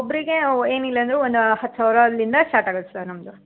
ಒಬ್ಬರಿಗೆ ಏನಿಲ್ಲಂದ್ರೂ ಒಂದು ಹತ್ತು ಸಾವಿರ ಅಲ್ಲಿಂದ ಸ್ಟಾರ್ಟ್ ಆಗುತ್ತೆ ಸರ್ ನಮ್ಮದು